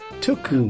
took